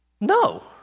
No